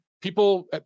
people